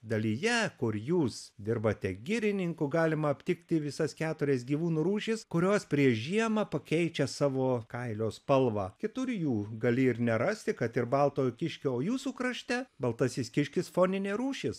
dalyje kur jūs dirbate girininku galima aptikti visas keturias gyvūnų rūšis kurios prieš žiemą pakeičia savo kailio spalvą kitur jų gali ir nerasti kad ir baltojo kiškio o jūsų krašte baltasis kiškis foninė rūšis